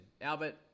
Albert